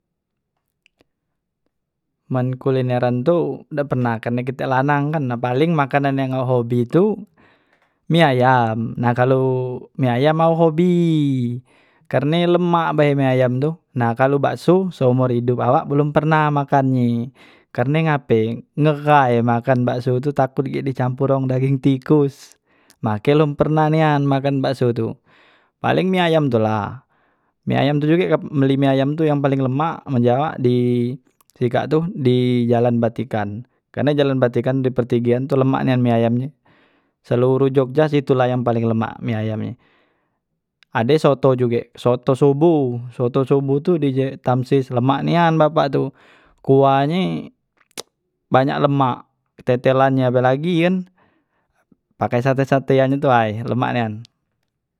man kulineran tu dak pernah karne kite lanang kan nah paleng makanan yang hobi tu mi ayam nah kalu mi ayam mao hobi, karne lemak bae mi ayam tu nah kalu bakso seomor idop awak belom pernah makan nye karne ngape ngeghai makan bakso tu takut gek di campor wong dageng tikos make lom pernah nian makan bakso tu, paleng mi ayam tula mi ayam tu juge kap- mbeli mi ayam tu yang paling lemak men uji awak di sikak tu, di jalan batikan karne jalan batikan di pertigean tu lemak nian mi ayam nye, seluruh jogja situlah yang paling lemak mi ayam nye, ade soto juge, soto soboh soto soboh tu di je tamsis lemak nian bapak tu kuahnye banyak lemak tetelannye apelagi kan pakai sate- satean itu ay lemak nian.